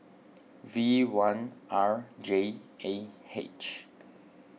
V one R J A H